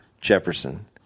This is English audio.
Jefferson